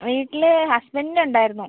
വീട്ടിൽ ഹസ്ബെൻന്റിന് ഉണ്ടായിരുന്നു